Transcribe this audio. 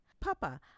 Papa